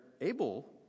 able